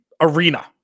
arena